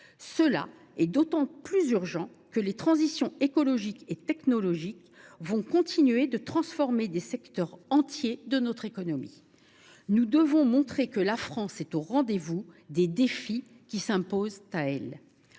cadre est d’autant plus urgente que les transitions écologique et technologique vont continuer de transformer des secteurs entiers de notre économie ; nous devons montrer que la France est au rendez vous des défis qui s’imposent à elle.